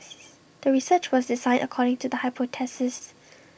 the research was designed according to the hypothesis